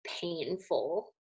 painful